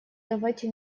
давайте